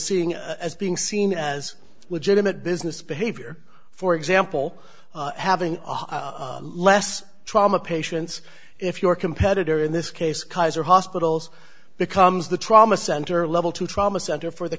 seeing as being seen as legitimate business behavior for example having less trauma patients if your competitor in this case kaiser hospitals becomes the trauma center level two trauma center for the